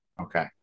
Okay